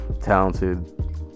Talented